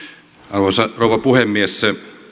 arvoisa rouva puhemies